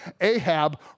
Ahab